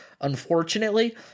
Unfortunately